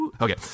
okay